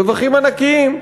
רווחים ענקיים,